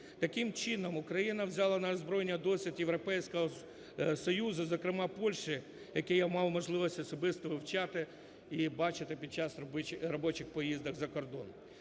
Таким чином Україна взяла на озброєння досвід Європейського Союзу, зокрема Польщі, який я мав можливість особисто вивчати і бачити під час робочих поїздок за кордон.